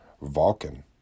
Vulcan